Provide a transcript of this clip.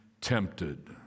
tempted